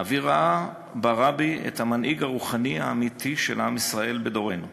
אבי ראה ברבי את המנהיג הרוחני האמיתי של עם ישראל בדורנו.